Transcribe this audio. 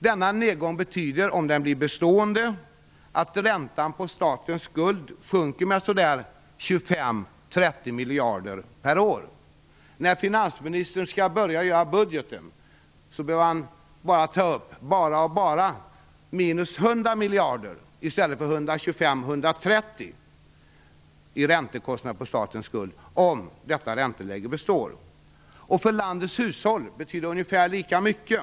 Denna nedgång betyder, om den blir bestående, att räntan på statens skuld sjunker med ungefär 25-30 miljarder kronor per år. När finansministern skall börja göra budgeten behöver han "bara" ta upp minus 100 miljarder kronor i stället för 125-130 miljarder kronor i räntekostnader för statens skuld om detta ränteläge består. Och för landets hushåll betyder det ungefär lika mycket.